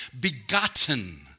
begotten